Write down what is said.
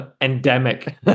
endemic